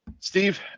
Steve